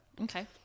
okay